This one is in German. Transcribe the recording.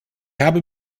habe